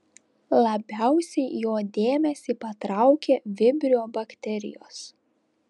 labiausiai jo dėmesį patraukė vibrio bakterijos